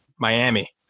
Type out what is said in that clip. Miami